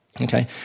okay